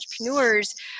entrepreneurs